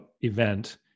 event